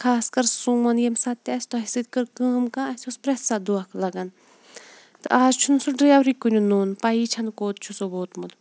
خاص کَر سون ییٚمہِ ساتہٕ تہِ اَسہِ تۄہہِ سۭتۍ کٔر کٲم کانٛہہ اَسہِ اوس پرٛٮ۪تھ ساتہٕ دۄنٛکھہٕ لَگان تہٕ آز چھُنہٕ سُہ ڈرایورٕے کُنہِ نوٚن پَیی چھَنہٕ کوٚت چھُ سُہ ووتمُت